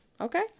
Okay